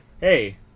hey